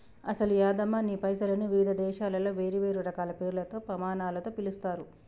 అసలు యాదమ్మ నీ పైసలను వివిధ దేశాలలో వేరువేరు రకాల పేర్లతో పమానాలతో పిలుస్తారు